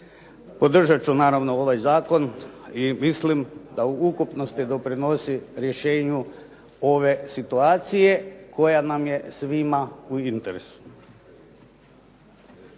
Podržati ću naravno ovaj zakon i mislim da u ukupnosti doprinosi rješenju ove situacije koja nam je svima u interesu.